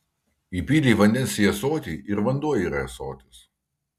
įpylei vandens į ąsotį ir vanduo yra ąsotis